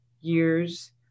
years